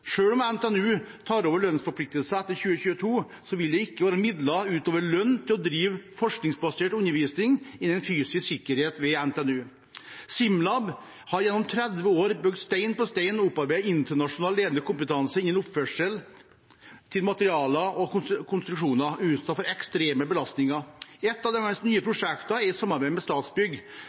om NTNU tar over lønnsforpliktelser etter 2022, vil det ikke være midler utover lønn til å drive forskningsbasert undervisning innen fysisk sikkerhet ved NTNU. SIMLab har gjennom 30 år bygd stein på stein og opparbeidet internasjonal ledende kompetanse innen oppføring til materialer og konstruksjoner utsatt for ekstreme belastninger. Ett av deres nye prosjekter er i samarbeid med Statsbygg,